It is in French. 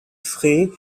frey